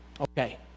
okay